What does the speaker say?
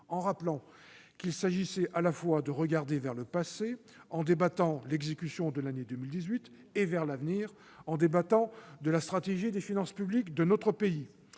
en rappelant qu'il s'agissait de regarder à la fois vers le passé, en débattant l'exécution de l'année 2018, et vers l'avenir, en débattant de la stratégie des finances publiques de notre pays.